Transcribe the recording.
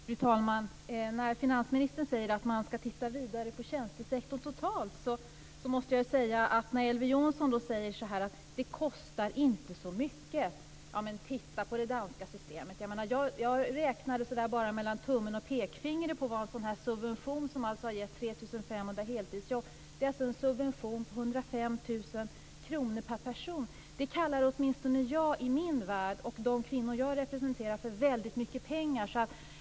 Fru talman! Finansministern säger att man skall titta vidare på tjänstesektorn totalt, och Elver Jonsson säger att det inte kostar så mycket. Titta på det danska systemet! Jag räknade mellan tummen och pekfingret på vad en sådan subvention, som har gett 3 500 heltidsjobb, skulle kosta. Det är en subvention på 105 000 kr per person. Det kallar åtminstone jag i min värld och de kvinnor som jag representerar för väldigt mycket pengar.